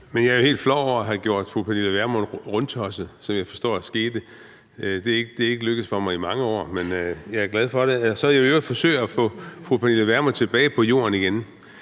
Jeg er helt flov over at have gjort fru Pernille Vermund rundtosset, hvilket jeg forstår skete. Det er ikke lykkedes for mig i mange år, men jeg er glad for det. Så vil jeg i øvrigt forsøge at få fru Pernille Vermund tilbage på jorden igen